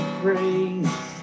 praise